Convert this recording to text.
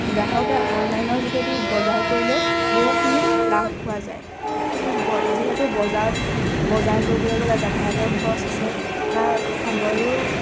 গ্ৰাহকে অনলাইনৰ যোগেদি বজাৰ কৰিলেও বহুখিনি লাভ পোৱা যায় যিহেতু বজাৰত বজাৰ কৰিবলৈ গ'লে যাতায়তৰ খৰচ আছে বা সময়ৰো